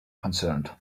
concerned